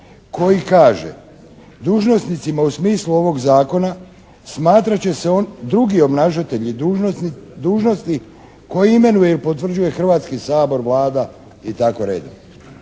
koji kaže: “Dužnosnicima u smislu ovog zakona smatrat će se drugi obnašatelji dužnosti koje imenuje i potvrđuje Hrvatski sabor, Vlada i